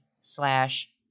slash